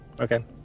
Okay